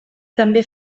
també